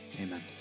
Amen